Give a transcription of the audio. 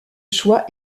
choix